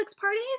parties